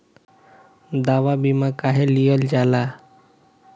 दवा बीमा काहे लियल जाला?